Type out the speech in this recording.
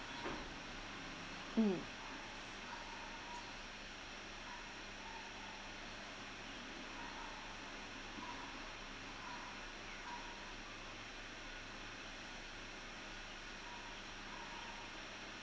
mm